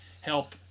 help